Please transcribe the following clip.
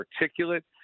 articulate